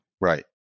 Right